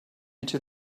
into